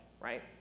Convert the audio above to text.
right